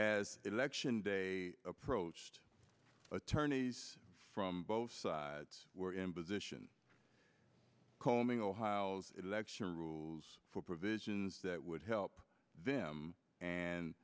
as election day approached attorneys from both sides were in position combing all hiles election rules for provisions that would help them and